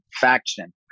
faction